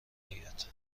آید